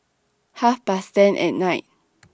Half Past ten At Night